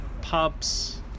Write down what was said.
Pubs